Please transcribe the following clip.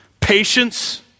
patience